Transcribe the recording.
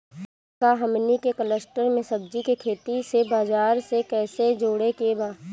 का हमनी के कलस्टर में सब्जी के खेती से बाजार से कैसे जोड़ें के बा?